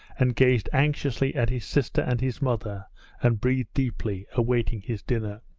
and gazed anxiously at his sister and his mother and breathed deeply, awaiting his dinner.